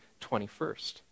21st